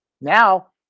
now